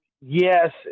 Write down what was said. Yes